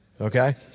okay